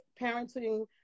parenting